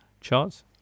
charts